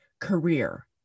career